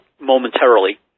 momentarily